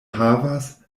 havas